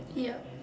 yup